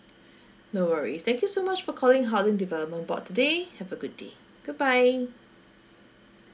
no worries thank you so much for calling housing development board today have a good day goodbye